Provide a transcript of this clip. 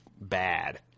bad